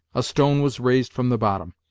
a stone was raised from the bottom,